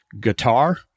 guitar